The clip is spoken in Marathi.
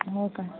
हो का